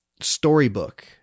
storybook